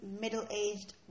middle-aged